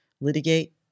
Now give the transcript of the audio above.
litigate